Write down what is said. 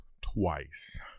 twice